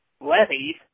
levees